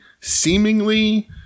seemingly